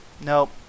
Nope